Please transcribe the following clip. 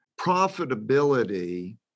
profitability